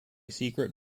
secret